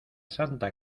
santa